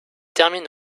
termine